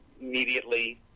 immediately